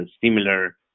similar